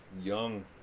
young